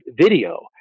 video